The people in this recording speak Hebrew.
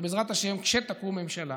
בעזרת השם, כשתקום ממשלה